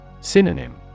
Synonym